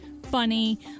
Funny